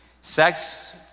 Sex